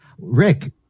Rick